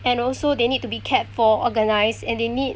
and also they need to be kept for organised and they need